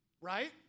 right